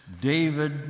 David